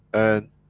and,